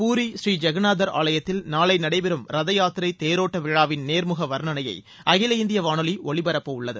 பூரி ஸ்ரீ ஜெகநாதர் ஆலயத்தில் நாளை நடைபெறும் ரத யாத்திரை தேரோட்ட விழாவின் நேர்முக வர்ணணயை அகில இந்திய வானொலி ஒலிபரப்ப உள்ளது